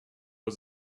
was